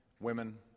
women